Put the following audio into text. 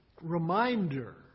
reminder